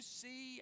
see